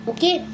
Okay